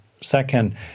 Second